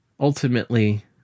Ultimately